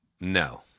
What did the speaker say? No